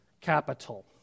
Capital